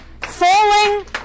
Falling